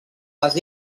les